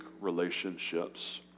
relationships